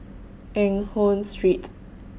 Eng Hoon Street